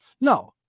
No